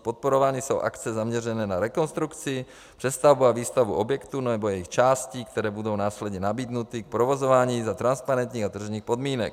Podporovány jsou akce zaměřené na rekonstrukci, přestavbu a výstavbu objektů nebo jejich částí, které budou následně nabídnuty k provozování za transparentních a tržních podmínek.